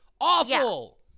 Awful